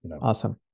Awesome